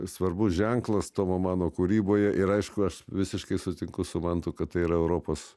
svarbus ženklas tomo mano kūryboje ir aišku aš visiškai sutinku su mantu kad tai yra europos